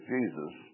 Jesus